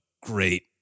great